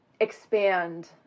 expand